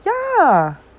ya like